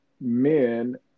men